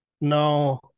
No